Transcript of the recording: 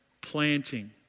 planting